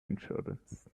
insurance